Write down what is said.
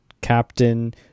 captain